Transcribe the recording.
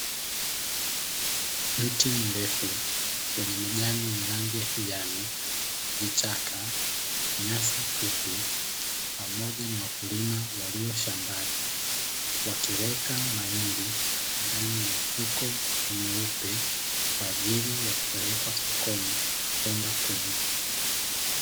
Mti mrefu wenye majani yenye rangi ya kijani, vichaka, nyasi fupi pamoja na wakulima walio shambani, wakiweka mahindi ndani ya mifuko myeupe, kwa ajili ya kupelekwa sokoni kwenda kuuzwa.